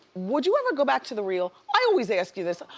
would you ever go back to the reel? i always ask you this.